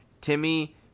Timmy